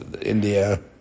India